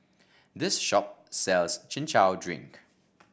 this shop sells Chin Chow Drink